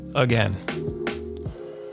Again